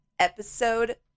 Episode